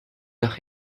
nach